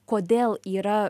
kodėl yra